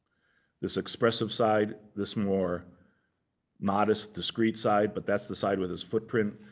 this expressive side, this more modest, discreet side. but that's the side with his footprint.